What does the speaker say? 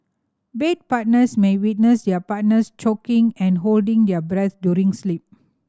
bed partners may witness their partners choking and holding their breath during sleep